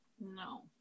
No